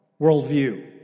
worldview